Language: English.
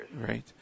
Right